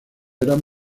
eran